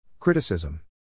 Criticism